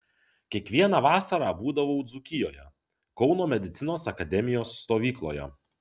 kiekvieną vasarą būdavau dzūkijoje kauno medicinos akademijos stovykloje